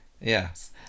Yes